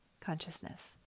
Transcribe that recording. Consciousness